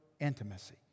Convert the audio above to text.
intimacy